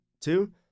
two